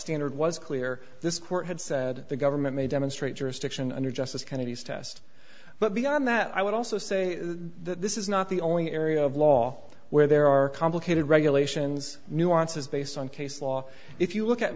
standard was clear this court had said the government may demonstrate jurisdiction under justice kennedy's test but beyond that i would also say this is not the only area of law where there are complicated regulations nuances based on case law if you look at